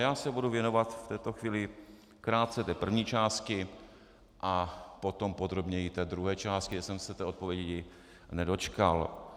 Já se budu věnovat v této chvíli krátce první části a potom podrobněji druhé části, kde jsem se odpovědi nedočkal.